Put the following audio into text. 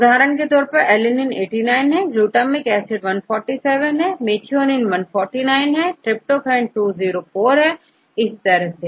उदाहरण के तौर पर alanine 89 हैglutamic acid 147 methionine149tryptophan 204और इसी तरह से